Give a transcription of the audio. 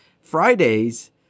Fridays